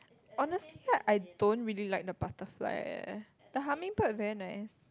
honestly I don't really like the butterfly eh the hummingbird very nice